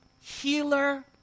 healer